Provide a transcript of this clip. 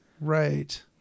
Right